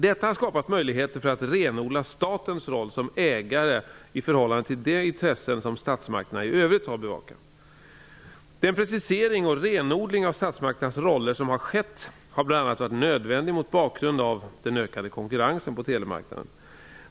Detta har skapat möjligheter för att renodla statens roll som ägare i förhållande till de intressen som statsmakterna i övrigt har att bevaka. Den precisering och renodling av statsmakternas roller som har skett har bl.a. varit nödvändig mot bakgrund av den ökande konkurrensen på telemarknaden.